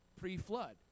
pre-flood